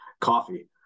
coffee